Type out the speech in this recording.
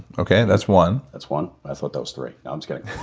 okay that's one. that's one. i thought that was three. no, i'm just kidding.